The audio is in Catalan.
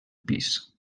pis